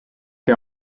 che